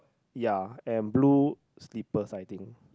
ya and blue slippers I think